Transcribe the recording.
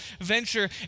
venture